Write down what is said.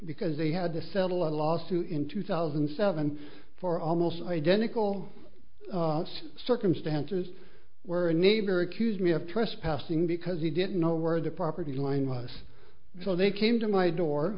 because they had to settle a lawsuit in two thousand and seven for almost identical circumstances where a neighbor accused me of trespassing because he didn't know where the property line was so they came to my door